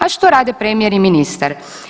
A što rade premijer i ministar?